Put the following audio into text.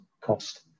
cost